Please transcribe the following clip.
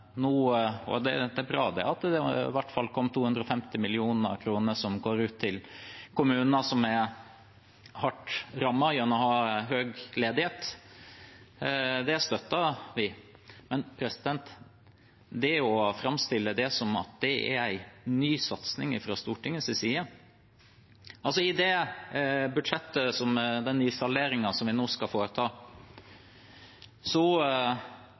Det er bra at det i hvert fall kom 250 mill. kr, som skal gå ut til kommuner som er hardt rammet gjennom høy ledighet. Det støtter vi, men det framstilles som at det er en ny satsing fra Stortingets side. I salderingen av budsjettet som vi nå skal foreta,